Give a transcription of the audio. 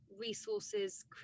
resources